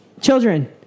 children